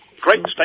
Great